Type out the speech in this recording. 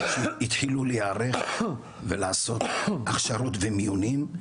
שהתחילו להיערך ולעשות הכשרות ומיונים,